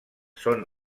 són